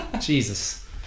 Jesus